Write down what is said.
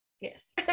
Yes